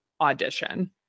audition